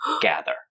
gather